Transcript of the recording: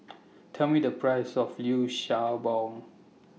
Tell Me The Price of Liu Sha Bao